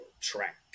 track